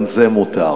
גם זה מותר.